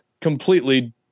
completely